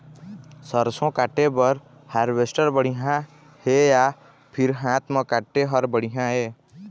सरसों काटे बर हारवेस्टर बढ़िया हे या फिर हाथ म काटे हर बढ़िया ये?